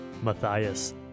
Matthias